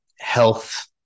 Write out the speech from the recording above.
health